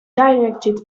directed